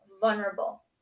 vulnerable